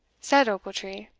said ochiltree,